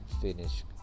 finish